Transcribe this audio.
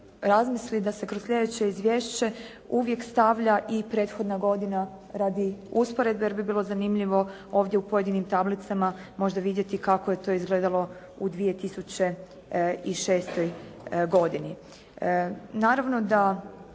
razmisli da se kroz sljedeće izvješće uvijek stavlja i prethodna godina radi usporedbe, jer bi bilo zanimljivo ovdje u pojedinim tablicama možda vidjeti kako je to izgledalo u 2006. godini. Naravno da